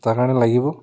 তাৰকাৰণে লাগিব